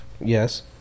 Yes